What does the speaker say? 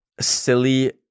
silly